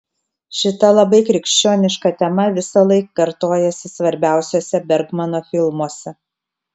šita labai krikščioniška tema visąlaik kartojasi svarbiausiuose bergmano filmuose